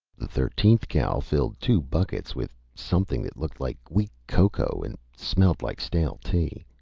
the thirteenth cow filled two buckets with something that looked like weak cocoa and smelled like stale tea.